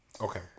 okay